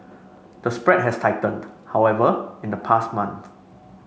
the spread has tightened however in the past month